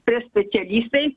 spręs specialistai